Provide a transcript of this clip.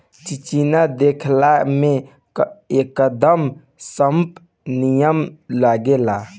चिचिना देखला में एकदम सांप नियर लागेला